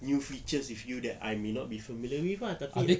new features with you that I may not be familiar with ah tapi